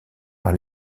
par